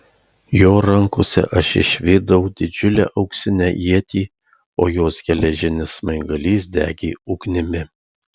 jo rankose aš išvydau didžiulę auksinę ietį o jos geležinis smaigalys degė ugnimi